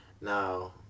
now